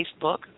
Facebook